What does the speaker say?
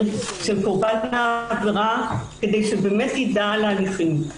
עם קורבן העבירה כדי שיידע על ההליכים.